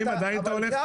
עדיין היית הולך על זה?